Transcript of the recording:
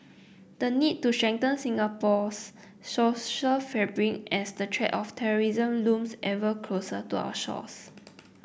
the need to strengthen Singapore's social fabric as the threat of terrorism looms ever closer to our shores